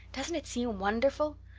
doesn't it seem wonderful?